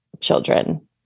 children